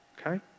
Okay